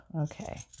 okay